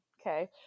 okay